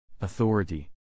Authority